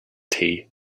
tea